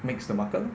makes the market lor